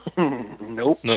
Nope